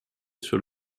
sur